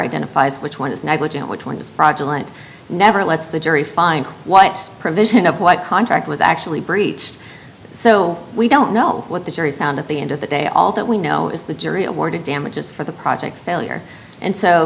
identifies which one is negligent which one is praja lent never lets the jury find white provision of what contract was actually breached so we don't know what the jury found at the end of the day all that we know is the jury awarded damages for the project failure and so